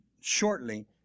shortly